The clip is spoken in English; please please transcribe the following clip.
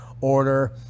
order